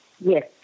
Yes